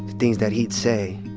things that he'd say.